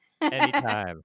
anytime